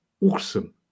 awesome